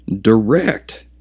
direct